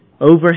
over